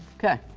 okay.